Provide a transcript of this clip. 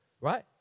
Right